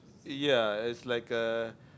ya it's like a